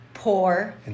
Poor